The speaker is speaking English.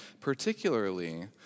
particularly